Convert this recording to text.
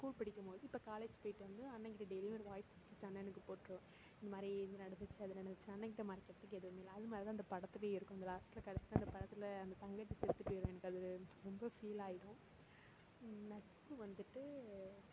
school படிக்கும் போது இப்போ காலேஜ் போய்ட்டு வந்து அண்ணங்கிட்ட டெய்லியும் ஒரு வாய்ஸ் மெஸேஜ் அண்ணனுக்கு போட்டுருவேன் இந்த மாதிரி இது நடந்துச்சு அது நடந்துச்சு அண்ணங்கிட்ட மறைக்கிறதுக்கு எதுவுமே இல்லை அது மாதிரி தான் அந்த படத்துலேயும் இருக்கும் அந்த லாஸ்ட்டில் கடைசியாக அந்த படத்தில் அந்த தங்கச்சி செத்து போயிடும் எனக்கு அது ரொம்ப ஃபீலாகிடும் நட்பு வந்துட்டு